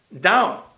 down